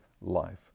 life